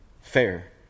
fair